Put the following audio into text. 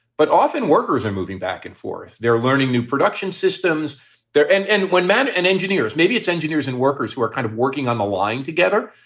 but often workers are moving back and forth. they're learning new production systems there. and and when men and engineers, maybe it's engineers and workers who are kind of working on the line together,